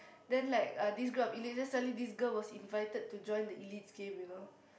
then like uh this group of elite then suddenly this girl was invited to join the elites game you know